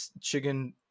chicken